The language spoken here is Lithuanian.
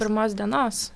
pirmos dienos